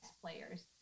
players